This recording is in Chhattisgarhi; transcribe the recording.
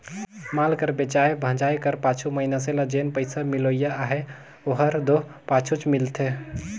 माल कर बेंचाए भंजाए कर पाछू मइनसे ल जेन पइसा मिलोइया अहे ओहर दो पाछुच मिलथे